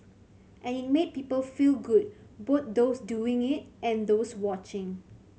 and it made people feel good both those doing it and those watching